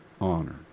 honor